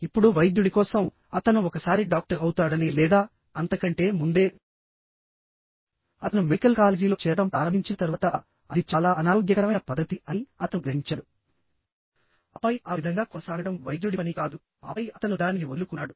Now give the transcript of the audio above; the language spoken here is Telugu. ఇప్పుడు వైద్యుడి కోసం అతను ఒకసారి డాక్టర్ అవుతాడని లేదా అంతకంటే ముందే అతను మెడికల్ కాలేజీలో చేరడం ప్రారంభించిన తర్వాత అది చాలా అనారోగ్యకరమైన పద్ధతి అని అతను గ్రహించాడు ఆపై ఆ విధంగా కొనసాగడం వైద్యుడి పని కాదు ఆపై అతను దానిని వదులుకున్నాడు